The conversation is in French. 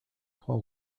trois